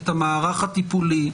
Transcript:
את המערך הטיפולי,